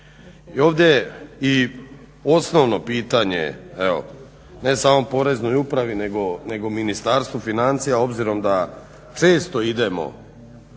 ovdje je i osnovno pitanje evo ne samo Poreznoj upravi nego i Ministarstvu financija obzirom da često idemo